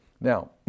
Now